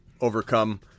overcome